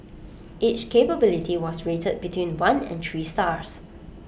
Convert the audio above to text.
each capability was rated between one and three stars